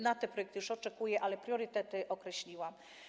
Na te projekty już oczekuję, ale priorytety określiłam.